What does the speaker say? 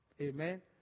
amen